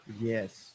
Yes